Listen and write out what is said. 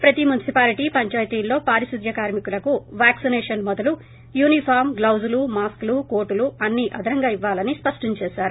ప్రతి మున్సిపాలిటీ పంచాయతీలలో పారిశుద్ద్వ కార్మికులకు వాక్సినేషన్ మొదలు యూనిఫామ్ గ్లాజ్లు మాస్క్ లు కోటులు అన్నీ అదనంగా ఇవ్వాలన స్పష్టం చేశారు